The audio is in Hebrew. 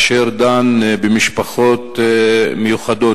אשר דן במשפחות מיוחדות,